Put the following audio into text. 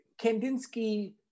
Kandinsky